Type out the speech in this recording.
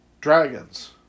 dragons